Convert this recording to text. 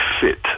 fit